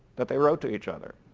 that they wrote to each other,